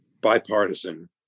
bipartisan